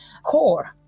core